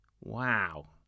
Wow